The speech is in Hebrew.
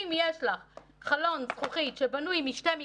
אם יש לך חלון זכוכית שבנוי משתי מקשות,